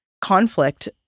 conflict